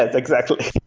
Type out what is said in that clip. ah exactly.